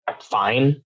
fine